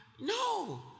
No